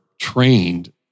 trained